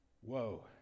whoa